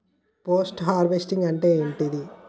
Post harvesting అంటే ఏంటిది?